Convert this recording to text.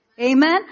Amen